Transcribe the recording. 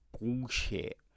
bullshit